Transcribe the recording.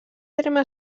terme